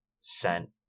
sent